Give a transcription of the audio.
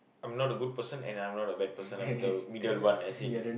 I'm not a good person and I'm not a bad person I'm the middle one as in